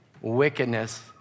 wickedness